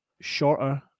shorter